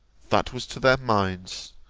that was to their minds,